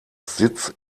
sitz